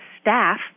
staff